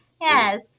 Yes